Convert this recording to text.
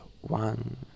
one